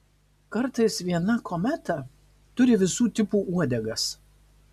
kartais viena kometa turi visų tipų uodegas